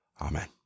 Amen